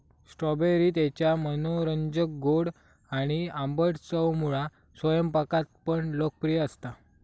strawberry त्याच्या मनोरंजक गोड आणि आंबट चवमुळा स्वयंपाकात पण लोकप्रिय असता